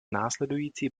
následující